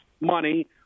money